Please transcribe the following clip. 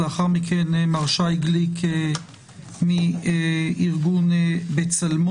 לאחר מכן מר שי גליק מארגון בצלמו,